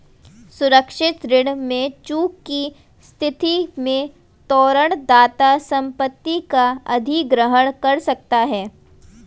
सुरक्षित ऋण में चूक की स्थिति में तोरण दाता संपत्ति का अधिग्रहण कर सकता है